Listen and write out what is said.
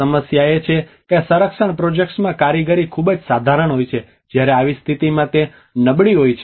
સમસ્યા એ છે કે સંરક્ષણ પ્રોજેક્ટ્સમાં કારીગરી ખૂબ જ સાધારણ હોય છે જ્યારે આવી સ્થિતિમાં તે નબળી હોય છે